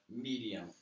medium